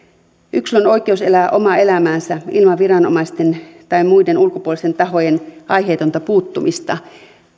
yksilön oikeus elää omaa elämäänsä ilman viranomaisten tai muiden ulkopuolisten tahojen aiheetonta puuttumista